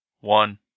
one